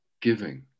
giving